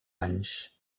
anys